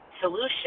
solution